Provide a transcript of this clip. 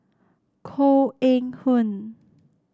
Koh Eng Hoon